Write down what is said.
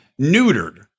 neutered